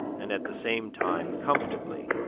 and at the same time comfortably,